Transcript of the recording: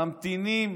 ממתינים